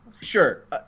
sure